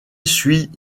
suit